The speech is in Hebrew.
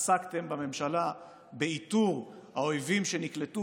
עסקתם בממשלה באיתור האויבים שנקלטו